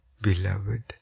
beloved